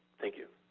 thank you.